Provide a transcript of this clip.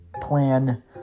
plan